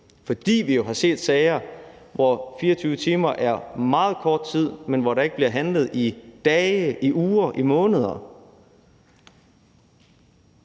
fordi vi jo har set sager, hvor 24 timer er meget kort tid, men hvor der ikke bliver handlet i dage, i uger i måneder.